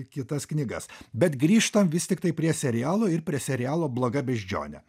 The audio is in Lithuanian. kitas knygas bet grįžtam vis tiktai prie serialų ir prie serialo bloga beždžione